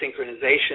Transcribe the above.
synchronization